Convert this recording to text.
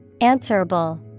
Answerable